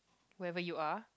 wherever you are